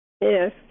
Yes